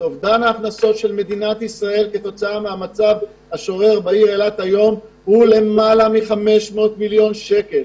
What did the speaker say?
אובדן ההכנסות של המדינה בשל המצב באילת הוא למעלה מ-500 מיליון שקלים.